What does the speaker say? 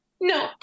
no